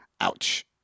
Ouch